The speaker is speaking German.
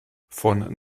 von